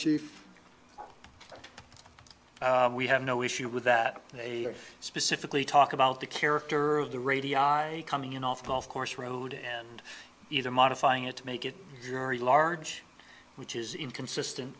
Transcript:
chief we have no issue with that they specifically talk about the character of the radio i coming in off the off course road and either modifying it to make it very large which is inconsistent